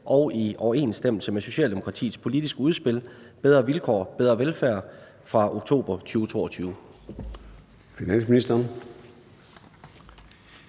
og i overensstemmelse med Socialdemokratiets politiske udspil »Bedre vilkår. Bedre velfærd« fra oktober 2022?